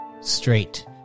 straight